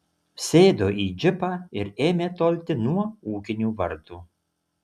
sėdo į džipą ir ėmė tolti nuo ūkinių vartų